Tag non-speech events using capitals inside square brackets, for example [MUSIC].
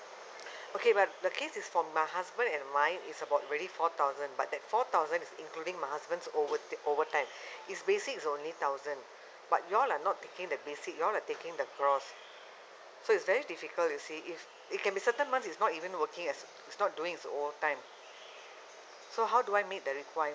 [BREATH] okay but the case is for my husband and I is about already four thousand but that four thousand is including my husband's over~ overtime [BREATH] his basic is only thousand but you all are not taking the basic you all are taking the gross so it's very difficult you see if it can be certain months he's not even working as he's not doing his overtime so how do I meet the